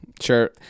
sure